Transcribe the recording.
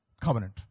covenant